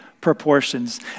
proportions